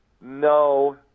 No